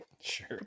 Sure